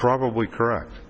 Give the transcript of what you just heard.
probably correct